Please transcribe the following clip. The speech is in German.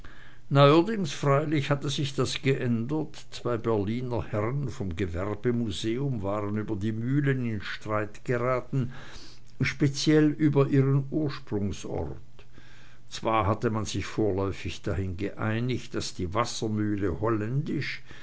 neuerdings freilich hatte sich das geändert zwei berliner herren vom gewerbemuseum waren über die mühlen in streit geraten speziell über ihren ursprungsort zwar hatte man sich vorläufig dahin geeinigt daß die wassermühle holländisch